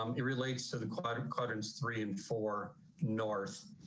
um it relates to the cloud cutters three and four north